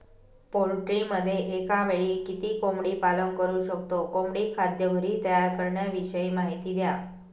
पोल्ट्रीमध्ये एकावेळी किती कोंबडी पालन करु शकतो? कोंबडी खाद्य घरी तयार करण्याविषयी माहिती द्या